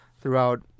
throughout